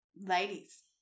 ladies